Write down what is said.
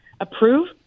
approve